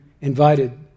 invited